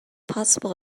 possible